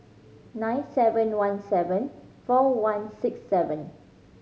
nine seven one seven four one six seven